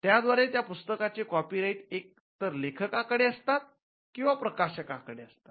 त्याद्वारे त्या पुस्तकाचे कॉपीराईट एक तर लेखका कडे असतात किंवा प्रकाशकाकडे असतात